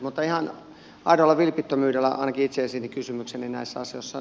mutta ihan aidolla vilpittömyydellä ainakin itse esitin kysymykseni näissä asioissa